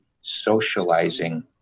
socializing